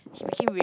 he became